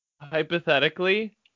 Hypothetically